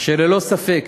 אשר ללא ספק